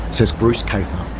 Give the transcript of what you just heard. says bruce kafer.